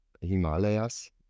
Himalayas